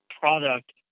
product